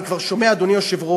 אני כבר שומע, אדוני היושב-ראש,